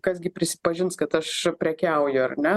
kas gi prisipažins kad aš prekiauju ar ne